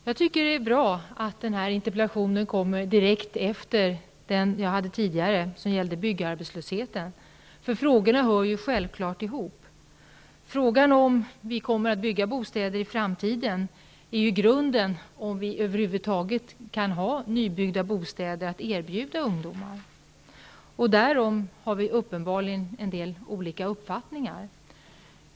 Herr talman! Det är bra att den här interpellationen tas upp direkt efter den som var uppe tidigare och som gällde byggarbetslösheten. Frågorna hör ju självfallet ihop. Frågan om det kommer att byggas bostäder i framtiden utgör grunden för om vi över huvud taget kan erbjuda ungdomar nybyggda bostäder. Därom har vi uppenbarligen en del olika uppfattningar.